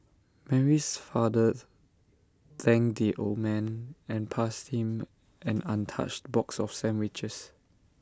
Mary's fathers thanked the old man and passed him an untouched box of sandwiches